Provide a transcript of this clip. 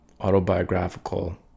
autobiographical